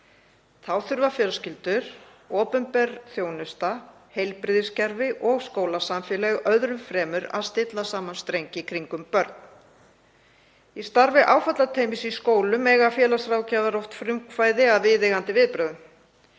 Þá þurfa fjölskyldur, opinber þjónusta, heilbrigðiskerfi og skólasamfélagið öðrum fremur að stilla saman strengi í kringum börn. Í starfi áfallateymis í skólum eiga félagsráðgjafar oft frumkvæði að viðeigandi viðbrögðum.